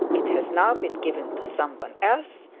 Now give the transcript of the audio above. it has now been given to someone else,